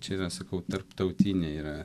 čia yra sakau tarptautinė yra